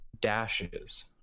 dashes